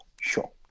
sure